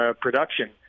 production